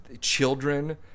children